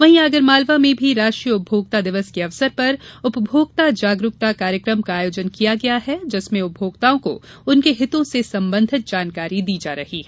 वहीं आगरमालवा में भी राष्ट्रीय उपभोक्ता दिवस के अवसर पर उपभोक्ता जागरूकता कार्यक्रम का आयोजन किया गया है जिसमें उपभोक्ताओं को उनके हितों से सम्बंधित जानकारी दी जा रही है